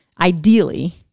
ideally